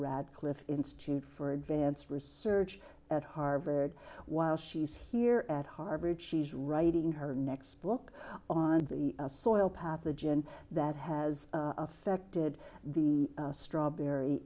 radcliffe institute for advanced research at harvard while she's here at harvard she's writing her next book on the soil pathogen that has affected the strawberry